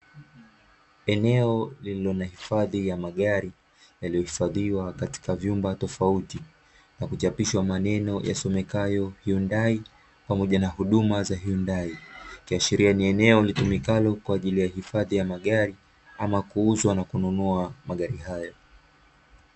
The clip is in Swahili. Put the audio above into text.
Eneo lililo na hifadhi ya magari yaliyohifadhiwa katika vyumba tofauti na kuchapishwa maneno yasomekayo" hyundai pamoja na huduma za hyundai" ikiashiria ni eneo litumikalo kwa ajili ya hifadhi ya magari ama kuuzwa na kununua magari hayo.